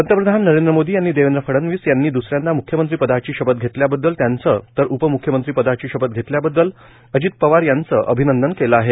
पंतप्रधान नरेंद्र मोदी यांनी देवेंद्र फडणवीस यांनी द्सऱ्यांदा मुख्यमंत्रीपदाची शपथ घेतल्याबद्दल त्यांचं तर उपमुख्यमंत्रीपदाची शपथ घेतल्याबद्दल अजित पवार यांचं अभिनंदन केलं आहे